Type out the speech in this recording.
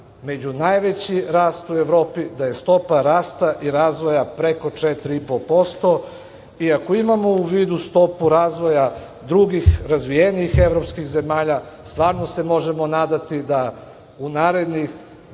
među najveći rast u Evropi, da je stopa rasta i razvoja preko 4,5%. Iako imamo u vidu stopu razvoja drugih razvijenijih evropskih zemalja, stvarno se možemo nadati da u narednih